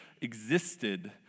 existed